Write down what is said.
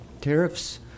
Tariffs